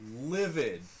livid